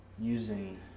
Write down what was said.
Using